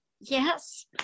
yes